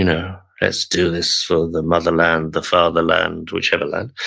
know let's do this for the motherland, the fatherland, whichever land.